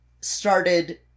started